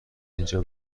اینجا